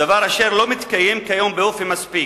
דבר אשר לא מתקיים כיום באופן מספיק.